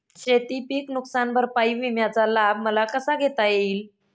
शेतीपीक नुकसान भरपाई विम्याचा लाभ मला कसा घेता येईल?